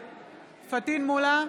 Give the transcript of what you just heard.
מולא,